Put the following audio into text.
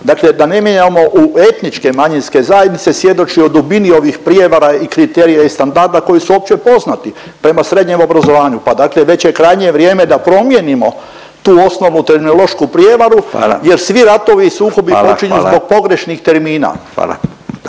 dakle ne mijenjamo u etničke manjinske zajednice svjedoči o dubini ovih prijevara i kriterija i standarda koji su opće poznati prema srednjem obrazovanju. Pa dakle već je krajnje vrijeme da promijenimo tu osnovu terminološku prijevaru jer …/Upadica Radin: Hvala./… svi ratovi